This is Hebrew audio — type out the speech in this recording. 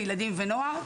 ילדים ונוער.